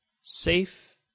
safe